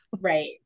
Right